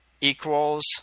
equals